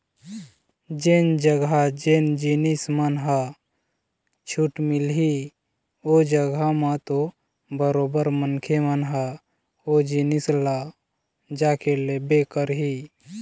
जेन जघा जेन जिनिस मन ह छूट मिलही ओ जघा म तो बरोबर मनखे मन ह ओ जिनिस ल जाके लेबे करही